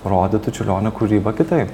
rodytų čiurlionio kūrybą kitaip